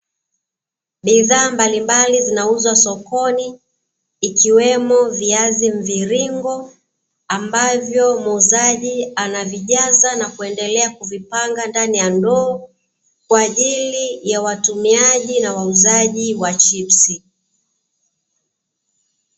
Bidhaa mbalimbali zinauzwa sokoni, ikiwemo viazi mviringo, ambavyo muuzaji anavijaza na kuendelea kuvipanga ndani ya ndoo kwa ajili ya watumiaji na wauzaji wa chipsi.